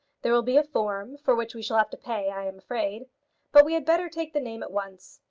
there will be a form, for which we shall have to pay, i am afraid but we had better take the name at once.